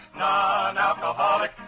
non-alcoholic